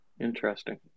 Interesting